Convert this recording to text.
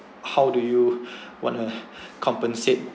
how do you wanna compensate